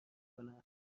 کنند